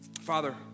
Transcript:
father